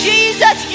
Jesus